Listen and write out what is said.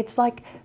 it's like